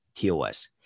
TOS